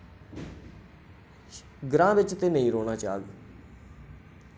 ग्रां बिच ते नेईं रौह्ना चाह्ग